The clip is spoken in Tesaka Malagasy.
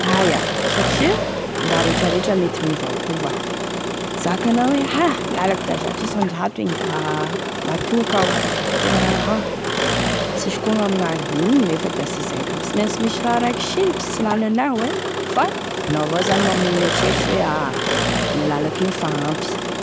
Aia satria e raha rehetrarehetra mety miovaova, mizaka anao ha hoe lalako zato isanzato igny da matoky iaho, da sy misy koa gn'amignany nefa defa izay ka, da misy raiky sinitry sy lalanao e fa da anao avao zany mamono heritreritry hoe a gne lalako igny efa ampy.